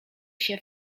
się